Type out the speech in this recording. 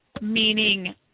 meaning